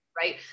Right